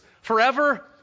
forever